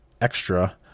extra